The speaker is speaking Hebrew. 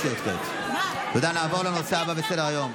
נעבור לנושא הבא בסדר-היום,